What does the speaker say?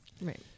Right